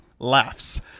laughs